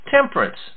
temperance